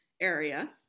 area